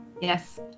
Yes